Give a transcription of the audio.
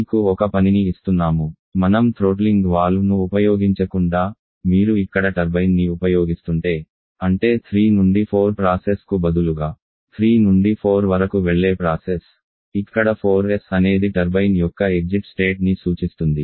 మీకు ఒక పనిని ఇస్తున్నాము మనం థ్రోట్లింగ్ వాల్వ్ను ఉపయోగించకుండా ఒక మీరు ఇక్కడ టర్బైన్ని ఉపయోగిస్తుంటే అంటే 3 నుండి 4 ప్రాసెస్ కు బదులుగా 3 నుండి 4ల వరకు వెళ్లే ప్రాసెస్ ఇక్కడ 4s అనేది టర్బైన్ యొక్క ఎగ్జిట్ స్టేట్ ని సూచిస్తుంది